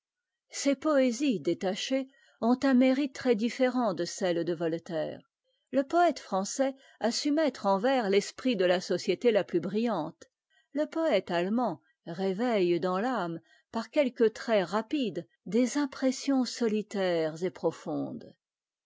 ses poésies détachées ont un mérite très différent de celles de voltaire le poète français a su mettre en vers l'esprit de la société la plus brillante le poëte allemand réveitte dans famé par quelques traits rapides des impressions solitaires et profondes